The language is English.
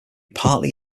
partly